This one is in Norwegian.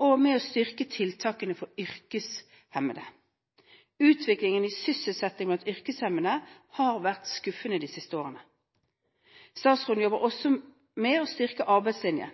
og med å styrke tiltakene for yrkeshemmede. Utviklingen i sysselsetting blant yrkeshemmede har vært skuffende de siste årene. Statsråden jobber også med å styrke arbeidslinjen.